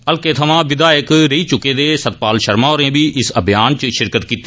हलके थमाँ विघायक रेही चुके दे सतपाल शर्मा होरें बी इस अभियान च शिरकत कीती